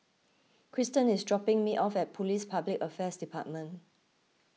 Krysten is dropping me off at Police Public Affairs Department